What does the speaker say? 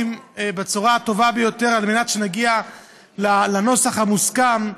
בצורה הטובה ביותר על מנת שנגיע לנוסח המוסכם.